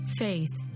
faith